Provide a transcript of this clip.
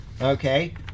okay